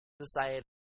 society